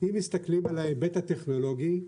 אם מסתכלים על ההיבט הטכנולוגי,